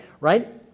right